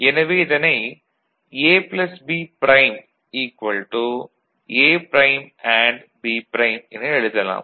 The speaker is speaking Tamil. எனவே இதனை A B prime A prime and B prime என எழுதலாம்